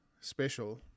special